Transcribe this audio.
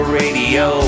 radio